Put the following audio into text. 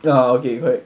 ah okay correct